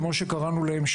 כמו שקראנו להם,